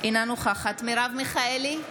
אינה נוכחת מרב מיכאלי,